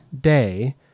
day